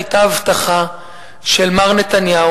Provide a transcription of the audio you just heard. היתה הבטחה של מר נתניהו,